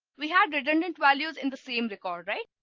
we had redundant values in the same record, right?